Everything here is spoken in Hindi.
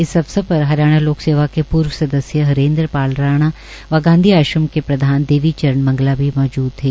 इस अवसर पर हरियाणा लोक सेवा के पूर्व सदस्य हरेंद्र पाल राणा व गांधी आश्रम के प्रधान देवीचरण मंगला भी मौजूद थे